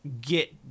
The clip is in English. get